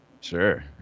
Sure